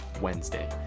Wednesday